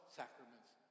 sacraments